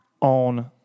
On